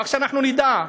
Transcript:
כך שאנחנו נדע.